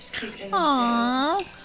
Aww